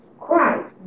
Christ